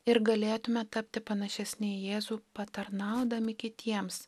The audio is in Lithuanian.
ir galėtume tapti panašesni į jėzų patarnaudami kitiems